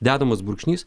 dedamas brūkšnys